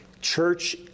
church